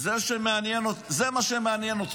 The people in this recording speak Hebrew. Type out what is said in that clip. היו מעמידים אותך